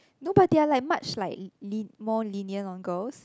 no but they are like much like li~ more lenient on girls